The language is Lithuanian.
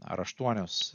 ar aštuonios